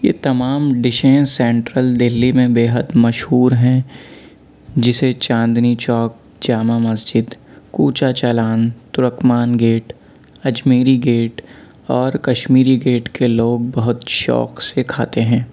یہ تمام ڈشیں سینٹرل دہلی میں بےحد مشہور ہیں جسے چاندنی چوک جامع مسجد کوچہ چالان ترکمان گیٹ اجمیری گیٹ اور کشمیری گیٹ کے لوگ بہت شوق سے کھاتے ہیں